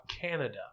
Canada